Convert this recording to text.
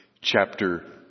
chapter